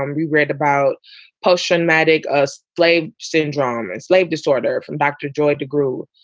and we read about potion matic, us play syndrome, sleep disorder from back to joy to groove.